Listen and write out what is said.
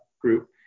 group